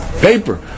paper